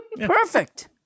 Perfect